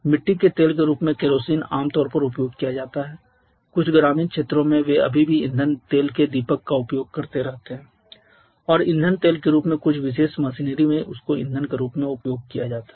मिट्टी के तेल के रूप में केरोसिन आम तौर पर उपयोग किया जाता है कुछ ग्रामीण क्षेत्रों में वे अभी भी ईंधन तेल के दीपक का उपयोग करते रहते हैं और ईंधन तेल के रूप में कुछ विशेष मशीनरी में उसको ईंधन के रूप में उपयोग किया जाता है